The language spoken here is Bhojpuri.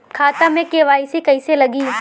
खाता में के.वाइ.सी कइसे लगी?